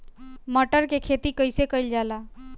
मटर के खेती कइसे कइल जाला?